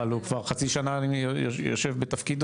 אבל הוא כבר חצי שנה יושב בתפקידו,